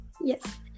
Yes